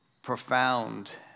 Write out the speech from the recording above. profound